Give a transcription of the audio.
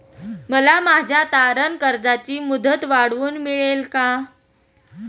मला माझ्या तारण कर्जाची मुदत वाढवून मिळेल का?